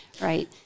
right